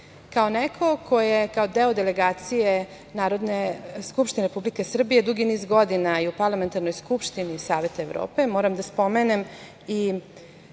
neko ko je kao deo delegacije Narodne skupštine Republike Srbije dugi niz godina i u Parlamentarnoj skupštini Saveta Evrope moram da spomenem i